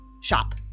shop